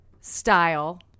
style